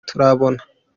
turabona